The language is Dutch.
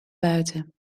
buiten